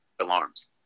alarms